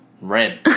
Red